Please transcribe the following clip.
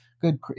good